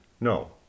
no